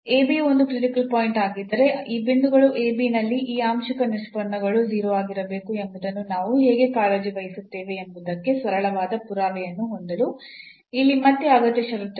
a b ಒಂದು critical point ಆಗಿದ್ದರೆ ಈ ಬಿಂದುಗಳು a b ನಲ್ಲಿ ಈ ಆಂಶಿಕ ನಿಷ್ಪನ್ನಗಳು 0 ಆಗಿರಬೇಕು ಎಂಬುದನ್ನು ನಾವು ಹೇಗೆ ಕಾಳಜಿ ವಹಿಸುತ್ತೇವೆ ಎಂಬುದಕ್ಕೆ ಸರಳವಾದ ಪುರಾವೆಯನ್ನು ಹೊಂದಲು ಇಲ್ಲಿ ಮತ್ತೆ ಅಗತ್ಯ ಷರತ್ತುಗಳು